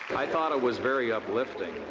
i thought it was very uplifting.